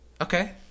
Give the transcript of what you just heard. Okay